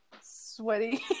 sweaty